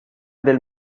del